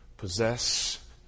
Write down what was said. Possess